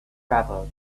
travel